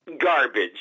Garbage